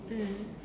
mm